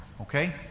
okay